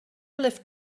lift